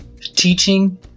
teaching